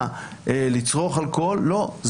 כל פעם יש הצעה ואז מישהו אומר,